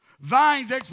Vines